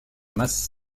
masse